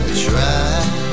try